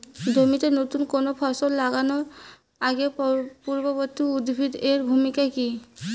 জমিতে নুতন কোনো ফসল লাগানোর আগে পূর্ববর্তী উদ্ভিদ এর ভূমিকা কি?